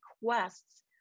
requests